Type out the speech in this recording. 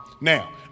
Now